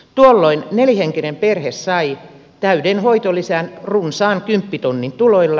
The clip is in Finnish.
tuolloin nelihenkinen perhe sai täyden hoitolisän runsaan kymppitonnin tuloilla